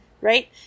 right